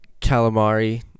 calamari